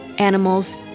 Animals